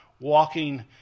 walking